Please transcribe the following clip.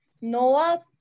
Noah